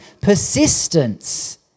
persistence